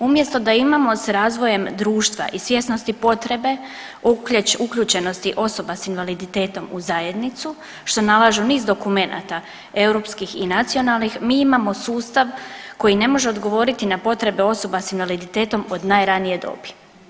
Umjesto da imamo s razvojem društva i svjesnosti potrebe uključenosti osoba s invaliditetom u zajednicu što nalažu niz dokumenata europskih i nacionalnih, mi imamo sustav koji ne može odgovoriti na potrebe osoba s invaliditetom od najranije dobi.